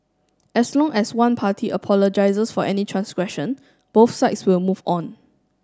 as long as one party apologises for any transgression both sides will move on